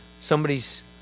Somebody's